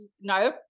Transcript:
no